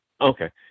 Okay